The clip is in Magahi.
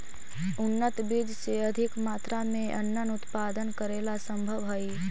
उन्नत बीज से अधिक मात्रा में अन्नन उत्पादन करेला सम्भव हइ